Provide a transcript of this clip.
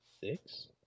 six